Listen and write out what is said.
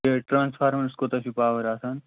یہِ ٹرانَسفارمَرَس کوٗتاہ چھُو پاوَر آسان